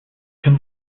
can